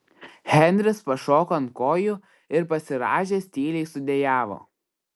henris pašoko ant kojų ir pasirąžęs tyliai sudejavo